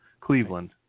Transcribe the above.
Cleveland